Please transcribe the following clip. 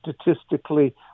statistically